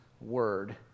word